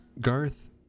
Garth